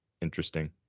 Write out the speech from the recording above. interesting